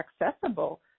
accessible